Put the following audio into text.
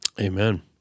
Amen